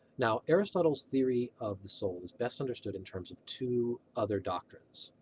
now aristotle's theory of the soul is best understood in terms of two other doctrines.